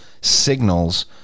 signals